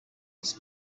its